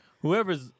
whoever's